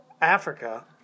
Africa